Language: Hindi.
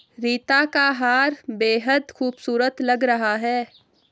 रीता का हार बेहद खूबसूरत लग रहा है